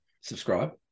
Subscribe